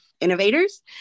innovators